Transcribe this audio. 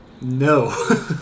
No